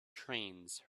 trains